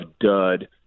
dud